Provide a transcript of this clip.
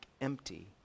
empty